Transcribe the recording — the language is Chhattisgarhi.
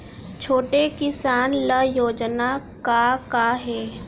छोटे किसान ल योजना का का हे?